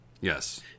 Yes